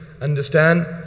understand